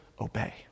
obey